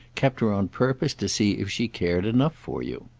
kept her on purpose to see if she cared enough for you.